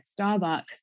Starbucks